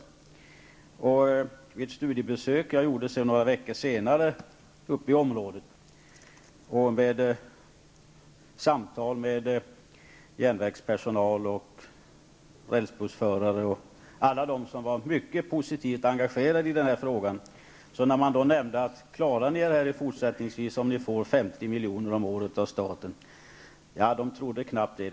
Vid ett studiebesök som jag gjorde några veckor senare i området samtalade jag med järnvägspersonal, rälsbussförare och andra som var mycket positivt engagerade i denna fråga. När jag då undrade om de fortsättningsvis skulle klara sig, om de fick 50 milj.kr. om året av staten, trodde de knappast det.